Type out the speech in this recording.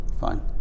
Fine